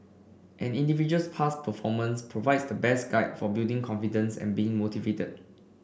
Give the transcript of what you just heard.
an individual's past performance provides the best guide for building confidence and being motivated